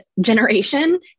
generation